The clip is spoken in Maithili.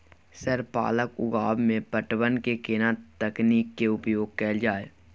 सर पालक उगाव में पटवन के केना तकनीक के उपयोग कैल जाए?